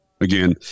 again